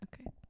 Okay